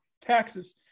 taxes